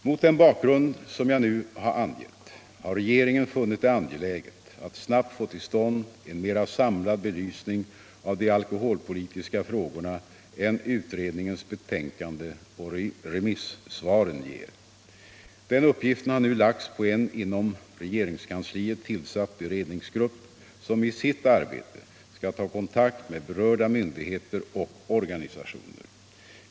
Mot den bakgrund som jag nu har angett har regeringen funnit det angeläget att snabbt få till stånd en mera samlad belysning av de alkoholpolitiska frågorna än utredningens betänkande och remissvaren ger. Den uppgiften har nu lagts på en inom regeringskansliet tillsatt beredningsgrupp, som i sitt arbete skall ta kontakt med berörda myndigheter och organisationer.